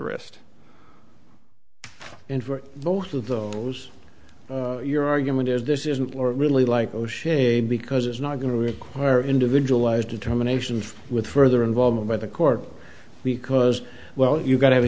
wrist and for both of those your argument is this isn't really like o'shea because it's not going to require individualized determinations with further involvement by the court because well you gotta have